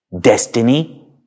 Destiny